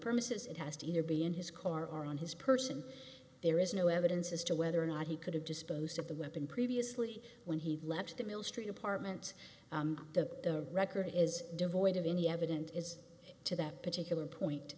premises it has to either be in his car or on his person there is no evidence as to whether or not he could have disposed of the weapon previously when he left the mill street apartment the record is devoid of any evident is to that particular point